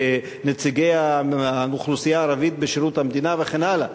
נציגי האוכלוסייה הערבית בשירות המדינה וכן הלאה.